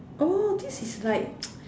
oh this is like